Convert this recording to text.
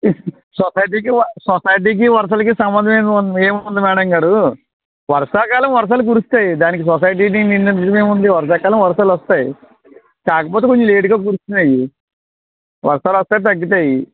సొసైటీకి సొసైటీకి వర్షాలకి సంబంధమేముంది ఏముంది మేడం గారు వర్షాకాలం వర్షాలు కురుస్తాయి దానికి సొసైటీని నిందించడమేముంది వర్షాకాలం వర్షాలు వస్తాయి కాకపోతే కొంచెం లేటుగా కురుస్తున్నాయి వర్షాలు వస్తాయి తగ్గుతాయి